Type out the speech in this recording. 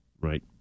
Right